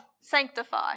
sanctify